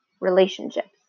relationships